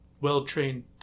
well-trained